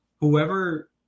whoever